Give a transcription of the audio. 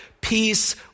peace